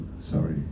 sorry